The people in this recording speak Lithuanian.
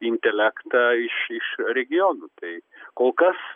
intelektą iš iš regionų tai kol kas